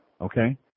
Okay